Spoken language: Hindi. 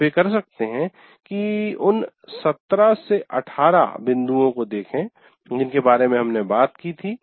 आप ये कर सकते हैं कि उन 17 18 बिन्दुओं को देखें जिनके बारे में हमने बात की थी